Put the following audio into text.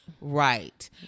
Right